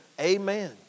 Amen